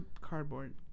Cardboard